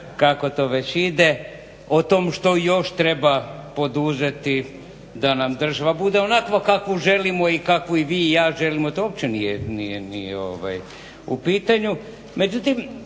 kako to već ide o tom što još treba poduzeti da nam država bude onakva kakvu želimo i kakvu i vi i ja želimo, to uopće nije u pitanju.